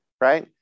right